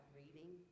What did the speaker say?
reading